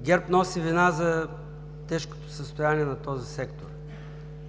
ГЕРБ носи вина за тежкото състояние на този сектор.